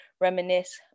reminisce